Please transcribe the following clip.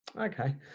Okay